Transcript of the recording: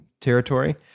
territory